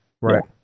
right